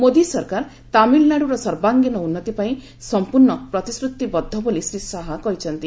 ମୋଦୀ ସରକାର ତାମିଲନାଡ଼ୁର ସର୍ବାଙ୍ଗୀନ ଉନ୍ନତି ପାଇଁ ସଂପ୍ରର୍ଣ୍ଣ ପ୍ରତିଶ୍ରତିବଦ୍ଧ ବୋଲି ଶ୍ରୀ ଶାହା କହିଛନ୍ତି